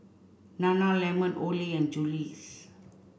Nana lemon Olay and Julie's